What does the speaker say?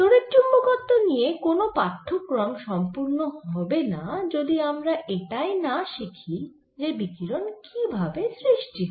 তড়িৎচুম্বকত্ব নিয়ে কোন পাঠ্যক্রম সম্পুর্ণ হবেনা যদি আমরা এটাই না শিখি যে বিকিরণ কি ভাবে সৃষ্টি হয়